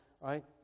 right